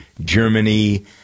Germany